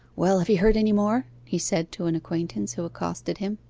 well, have you heard any more he said to an acquaintance who accosted him.